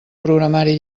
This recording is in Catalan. programari